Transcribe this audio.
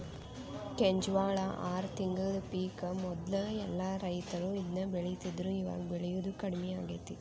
ಕೆಂಜ್ವಾಳ ಆರ ತಿಂಗಳದ ಪಿಕ್ ಮೊದ್ಲ ಎಲ್ಲಾ ರೈತರು ಇದ್ನ ಬೆಳಿತಿದ್ರು ಇವಾಗ ಬೆಳಿಯುದು ಕಡ್ಮಿ ಆಗೇತಿ